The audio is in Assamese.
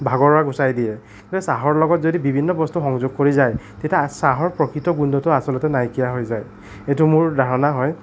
ভাগৰুৱা গুচাই দিয়ে কিন্তু চাহৰ লগত যদি বিভিন্ন বস্তু সংযোগ কৰি যায় তেতিয়া চাহৰ প্ৰকৃত গোন্ধটো আচলতে নাইকীয়া হৈ যায় সেইটো মোৰ ধাৰণা হয়